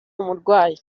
umurwayi